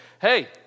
hey